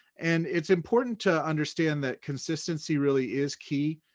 and it's important to understand that consistency really is key.